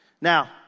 Now